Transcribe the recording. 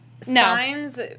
Signs